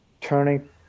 turning